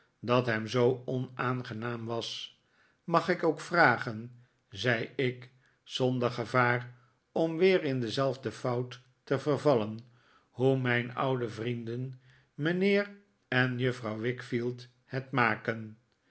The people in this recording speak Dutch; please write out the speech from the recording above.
dat hem zoo onaangenaam was mag ik ook vragen zei ik zonder gevaar om weer in dezelfde fout te vervallen hoe mijn oude vrienden mijnheer en juffrouw wickfield het maken